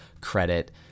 credit